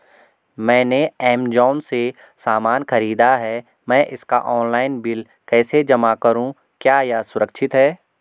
मैंने ऐमज़ान से सामान खरीदा है मैं इसका ऑनलाइन बिल कैसे जमा करूँ क्या यह सुरक्षित है?